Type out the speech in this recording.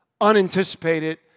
unanticipated